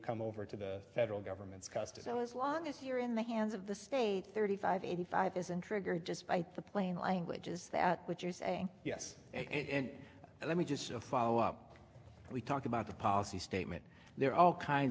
come over to the federal government's custody as long as you're in the hands of the state thirty five eighty five isn't triggered just by the plain language is that what you're saying yes and let me just follow up we talked about the policy statement there are all kinds